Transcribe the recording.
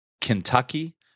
Kentucky